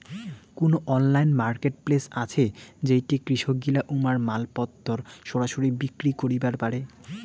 কুনো online marketplace আছে যেইঠে কৃষকগিলা উমার মালপত্তর সরাসরি বিক্রি করিবার পারে?